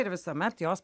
ir visuomet jos